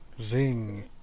Zing